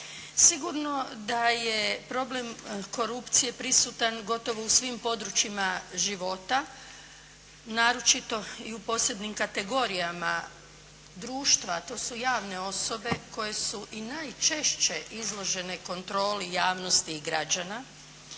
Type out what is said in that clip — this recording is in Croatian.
Sigurno da je problem korupcije prisutan gotovo u svim područjima života naročito i u posebnim kategorijama društva, a to su javne osobe koje su i najčešće izložene kontroli javnosti i građana.